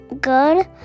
good